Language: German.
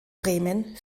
bremen